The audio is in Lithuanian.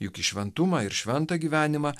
juk į šventumą ir šventą gyvenimą